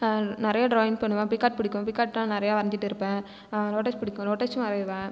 நிறைய ட்ராயிங் பண்ணுவேன் பீகாட் பிடிக்கும் பீகாட்ன்னா நிறையா வரஞ்சிட்ருப்பேன் லோட்டஸ் பிடிக்கும் லோட்டசும் வரைவேன்